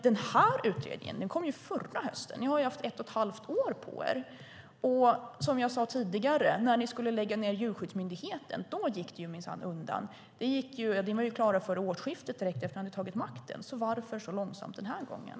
Djurskyddslagsutredningen kom förra hösten. Ni har haft ett och ett halvt år på er, Åsa Coenraads. Och som jag sade tidigare, när ni skulle lägga ned Djurskyddsmyndigheten, då gick det minsann undan. Ni var klara före årsskiftet, direkt efter att ni hade tagit över regeringsmakten. Varför går det så långsamt den här gången?